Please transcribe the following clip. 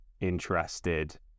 interested